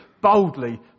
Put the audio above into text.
boldly